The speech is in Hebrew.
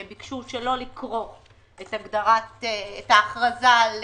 שביקשו שלא לקרוא את ההכרזה על